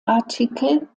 artikel